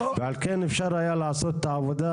ועל כן היה אפשר לעשות את העבודה.